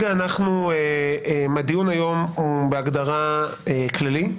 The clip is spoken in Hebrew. הדיון היום הוא בהגדרה כללי.